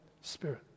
spirit